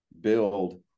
build